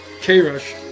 K-Rush